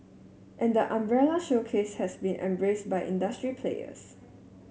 and the umbrella showcase has been embraced by industry players